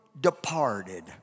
departed